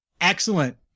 Excellent